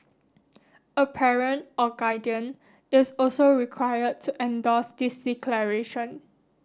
a parent or guardian is also required to endorse this declaration